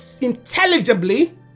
intelligibly